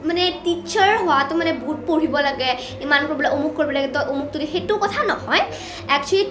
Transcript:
মানে টিছাৰ হোৱাটো মানে বহুত পঢ়িব লাগে ইমানবোৰ বোলে অমুক কৰিব লাগে তমুক কৰিব লাগে সেইটো কথা নহয় এক্সুৱেলি